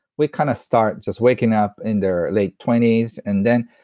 we kind of start just waking up in their late twenty s, and then,